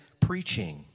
preaching